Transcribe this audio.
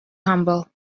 humble